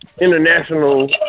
international